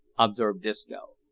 observed disco.